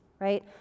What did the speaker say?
right